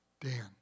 Dan